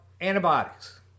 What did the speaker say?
antibiotics